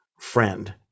friend